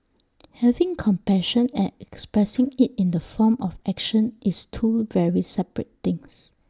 having compassion and expressing IT in the form of action is two very separate things